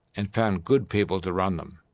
and found good people to run them.